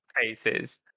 cases